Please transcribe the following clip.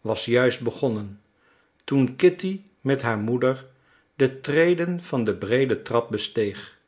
was juist begonnen toen kitty met haar moeder de treden van de breede trap besteeg